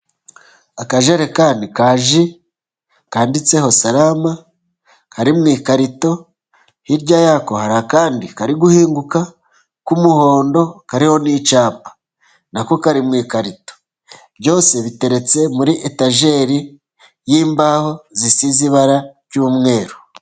Akajerekani ka ji kanditseho Salama kari mu ikarito, hirya yako hari akandi kari guhinguka k'umuhondo kariho n'icyapa, na ko kari mu ikarito. Byose biteretse muri etajeri z'imbaho zisize ibara ry'umweru.